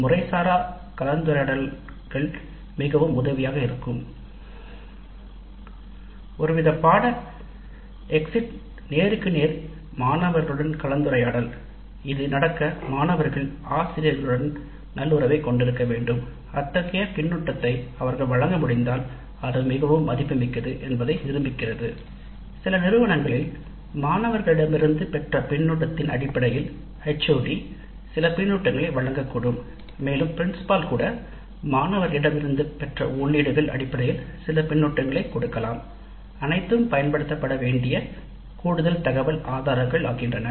முறைசாரா கலந்துரையாடல்கள் மிகவும் உதவியாக இருக்கும் நிச்சயமாக இது நடக்க மாணவர்கள் ஆசிரியர்களுடன் நல்லுறவைக் கொண்டிருக்க வேண்டும் அவர்களால் கொடுக்க முடிந்தால் அத்தகைய கருத்து மிகவும் மதிப்புமிக்கது சில நிறுவனங்களில் மாணவர்களிடமிருந்து பெற்ற பின்னூட்டத்தின் அடிப்படையில் HOD சில கருத்துக்களை வழங்கக்கூடும் மேலும் பிரின்சிபால் கூட பின்னூட்டத்தின் அடிப்படையில் சில கருத்துக்களை கொடுக்கலாம் அனைத்தும் பயன்படுத்தப்பட வேண்டிய கூடுதல் தகவல் ஆதாரங்களாகின்றன